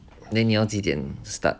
then 你要几点 start